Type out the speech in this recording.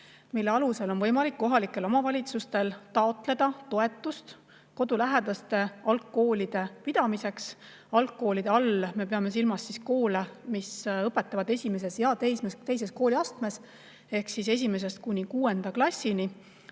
mille alusel on võimalik kohalikel omavalitsustel taotleda toetust kodulähedaste algkoolide pidamiseks. Algkoolide all me peame silmas koole, mis õpetavad esimest ja teist kooliastet, ehk esimest kuni kuuendat klassi,